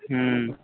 ହୁଁ